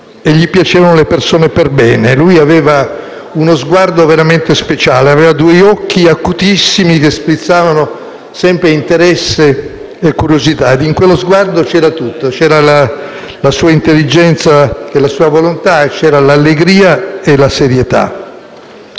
fatte e anche le persone perbene. Aveva uno sguardo veramente speciale, due occhi acutissimi che sprizzavano sempre interesse e curiosità; in quello sguardo c'era tutto, la sua intelligenza e la sua volontà, la sua allegria e la sua serietà.